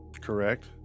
Correct